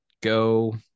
go